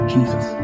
Jesus